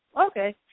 Okay